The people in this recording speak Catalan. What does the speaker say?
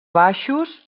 baixos